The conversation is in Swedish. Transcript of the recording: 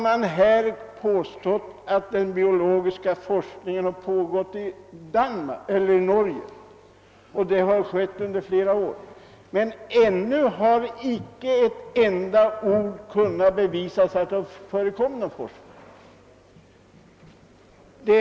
Sedan har det påståtts att biologisk forskning bedrivits i Norge under flera år, men ännu har man inte med ett enda ord kunnat bevisa att någon sådan forskning förekommit.